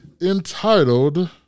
entitled